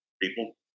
People